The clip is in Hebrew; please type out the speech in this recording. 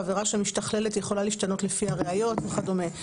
העבירה שמשתכללת יכולה להשתנות לפי הראיות וכדומה.